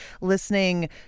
listening